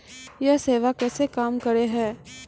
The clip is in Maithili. यह सेवा कैसे काम करै है?